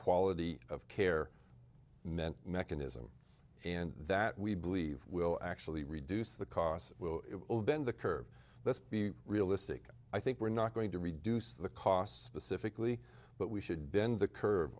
quality of care meant mechanism and that we believe will actually reduce the costs will bend the curve let's be realistic i think we're not going to reduce the cost specifically but we should bend the curve